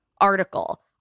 Article